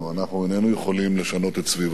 אנחנו איננו יכולים לשנות את סביבתנו.